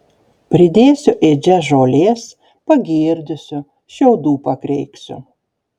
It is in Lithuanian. pridėsiu ėdžias žolės pagirdysiu šiaudų pakreiksiu